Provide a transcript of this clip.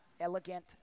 elegant